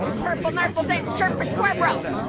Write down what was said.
purple nurples in chirpin' squirproth.